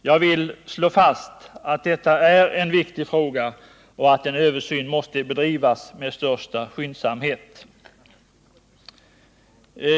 Jag vill slå fast att det gäller en viktig fråga och att översynen måste bedrivas med största skyndsamhet.